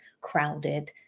crowded